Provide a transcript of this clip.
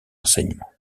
enseignements